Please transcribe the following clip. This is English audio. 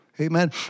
Amen